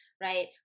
right